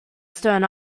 stern